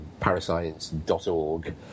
parascience.org